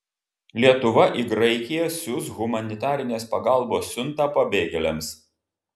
lietuva į graikiją siųs humanitarinės pagalbos siuntą pabėgėliams